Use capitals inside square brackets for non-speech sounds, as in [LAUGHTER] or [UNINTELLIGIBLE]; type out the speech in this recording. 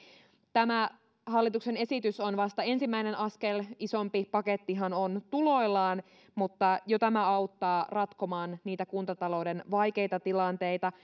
tämä hallituksen esitys on vasta ensimmäinen askel isompi pakettihan on tuloillaan mutta jo tämä auttaa ratkomaan niitä kuntatalouden vaikeita tilanteita [UNINTELLIGIBLE]